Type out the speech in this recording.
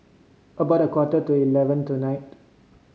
about a quarter to eleven tonight